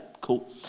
cool